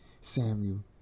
Samuel